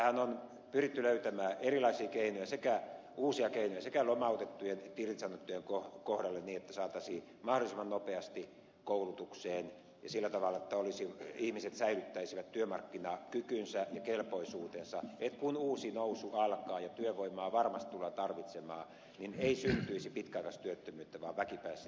tähän on pyritty löytämään erilaisia uusia keinoja sekä lomautettujen että irtisanottujen kohdalle niin että heidät saataisiin mahdollisimman nopeasti koulutukseen että ihmiset säilyttäisivät työmarkkinakykynsä ja kelpoisuutensa niin että kun uusi nousu alkaa ja työvoimaa varmasti tullaan tarvitsemaan ei syntyisi pitkäaikaistyöttömyyttä vaan väki pääsisi takaisin töihin